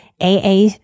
AA